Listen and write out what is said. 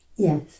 Yes